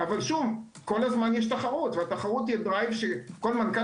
אבל כל הזמן יש תחרות והתחרות היא הדרייב שכל מנכ"ל